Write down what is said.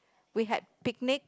we had picnic